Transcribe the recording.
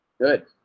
good